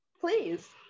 Please